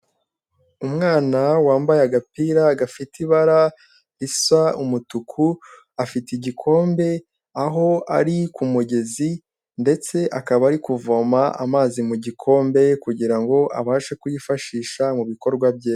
Umwana wambaye agapira gafite ibara risa umutuku, afite igikombe, aho ari ku mugezi ndetse akaba ari kuvoma amazi mu gikombe, kugira ngo abashe kuyifashisha mu bikorwa bye.